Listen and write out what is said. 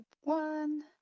one